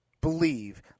believe